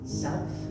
self